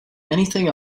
anything